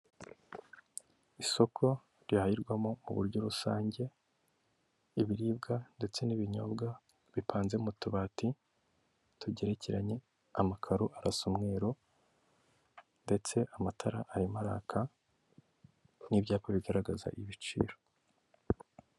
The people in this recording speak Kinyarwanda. Isoko rihirwamo mu buryo rusange, ibiribwa ndetse n'ibinyobwa bipanze mu tubati tugerekeranye, amakaro arasa umweru ndetse amatara arimo araka n'ibyapa bigaragaza ibiciro.